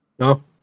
No